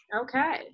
Okay